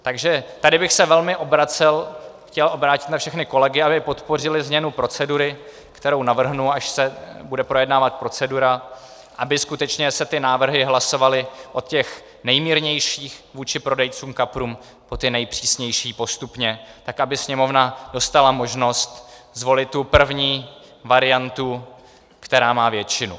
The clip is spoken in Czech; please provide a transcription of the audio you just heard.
Takže tady bych se velmi chtěl obrátit na všechny kolegy, aby podpořili změnu procedury, kterou navrhnu, až se bude projednávat procedura, aby skutečně se ty návrhy hlasovaly od těch nejmírnějších vůči prodejcům kaprů po ty nejpřísnější postupně tak, aby Sněmovna dostala možnost zvolit tu první variantu, která má většinu.